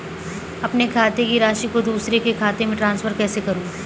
अपने खाते की राशि को दूसरे के खाते में ट्रांसफर कैसे करूँ?